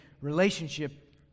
relationship